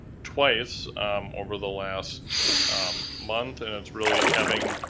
twice over the last month and it's really having,